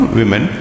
women